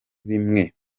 bimwe